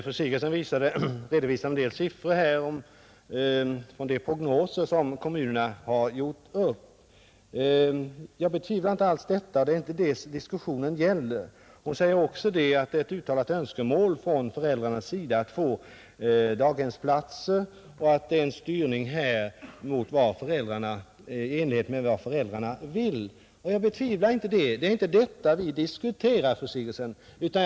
Herr talman! Fru Sigurdsen redovisade här en del siffror rörande prognoser som kommunerna har gjort. Jag betvivlar inte alls de uppgifterna. Men det är inte den saken det här gäller. Fru Sigurdsen sade också att det är ett uttalat önskemål från föräldrarnas sida att få daghemsplatser och att nu försiggår en styrning i enlighet med föräldrarnas önskemål. Jag betvivlar inte det heller. Men det är inte detta vi här diskuterar, fru Sigurdsen.